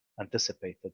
anticipated